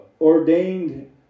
ordained